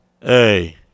hey